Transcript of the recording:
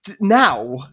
Now